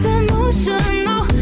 emotional